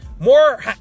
more